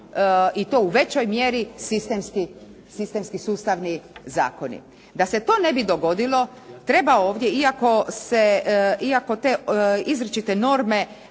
i to u većoj mjeri sistemski sustavni zakoni. Da se to ne bi dogodilo treba ovdje, iako te izričite norme